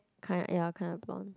kind ya kind a blonde